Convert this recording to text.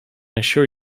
assure